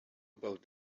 about